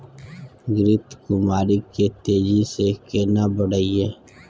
घृत कुमारी के तेजी से केना बढईये?